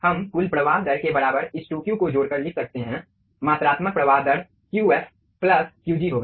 हम कुल प्रवाह दर के बराबर इस 2 Q को जोड़कर लिख सकते हैं मात्रात्मक प्रवाह दर Qf प्लस Qg होगा